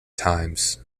times